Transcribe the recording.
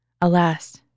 Alas